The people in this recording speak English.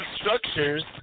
structures